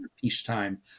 peacetime